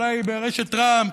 אולי של רשת טראמפ.